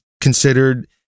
considered